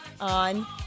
on